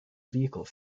vehicle